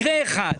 מקרה אחד.